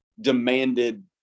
demanded